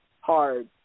hard